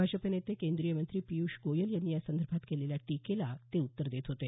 भाजप नेते केंद्रीय मंत्री पियुष गोयल यांनी यासंदर्भात केलेल्या टीकेला ते उत्तर देत होते